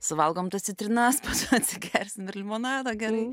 suvalgom tas citrinas atsigersim ir limonado gerai